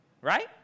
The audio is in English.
right